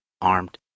armed